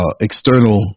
external